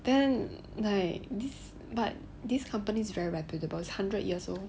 then like this but this company is very reputable is about hundred years old